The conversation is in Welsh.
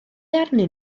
arnyn